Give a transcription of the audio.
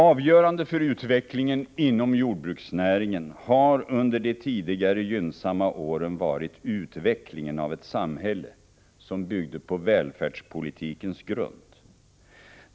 Avgörande för utvecklingen inom jordbruksnäringen har under de tidigare gynnsamma åren varit utvecklingen av ett samhälle, som byggde på välfärdspolitikens grund.